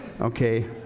Okay